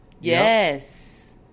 Yes